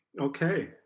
Okay